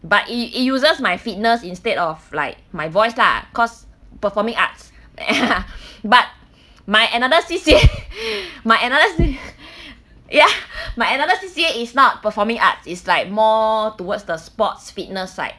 but it it uses my fitness instead of like my voice lah because performing arts ya but my another C_C_A my another C~ ya my another C_C_A is not performing arts it's like more towards the sports fitness side